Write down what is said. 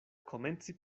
komenci